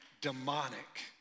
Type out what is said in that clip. demonic